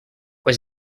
was